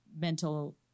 mental